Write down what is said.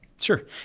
Sure